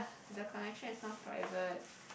the connection is not private